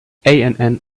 ann